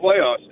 playoffs